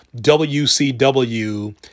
WCW